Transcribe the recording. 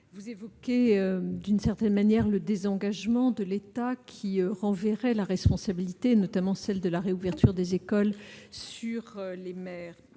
vous évoquez d'une certaine manière le désengagement de l'État, qui renverrait la responsabilité, notamment celle de la réouverture des écoles, sur les maires.